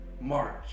march